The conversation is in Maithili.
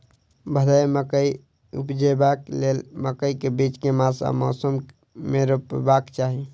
भदैया मकई उपजेबाक लेल मकई केँ बीज केँ मास आ मौसम मे रोपबाक चाहि?